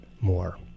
more